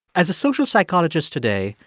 as a social psychologist today,